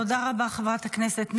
תודה רבה, חברת הכנסת ניר.